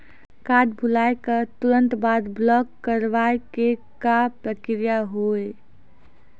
Card भुलाए के तुरंत बाद ब्लॉक करवाए के का प्रक्रिया हुई?